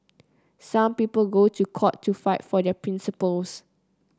some people go to court to fight for their principles